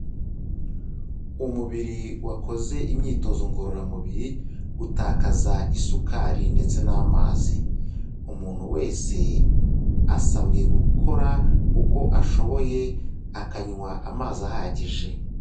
Umubiri wakoze imyitozo ngororamubiri utakaza isukari ndetse n'amazi. Umuntu wese asabwe gukora uko ashoboye akanywa amazi ahagije.